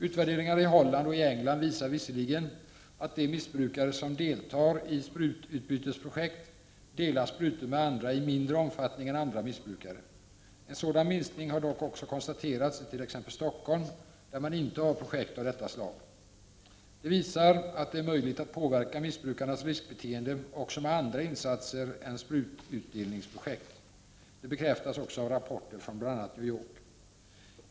Utvärderingar i Holland och i England visar visserligen att de missbrukare som deltar i sprututbytesprojekt delar sprutor med andra i mindre omfattning än andra missbrukare. En sådan minskning har dock också konstaterats i t.ex. Stockholm där man inte har projekt av detta slag. Det visar att det är möjligt att påverka missbrukarnas riskbeteende också med andra insatser än sprututdelningsprojekt. Det bekräftas också av rapporter från bl.a. New York.